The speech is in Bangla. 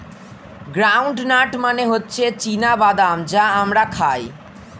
গ্রাউন্ড নাট মানে হচ্ছে চীনা বাদাম যা আমরা খাই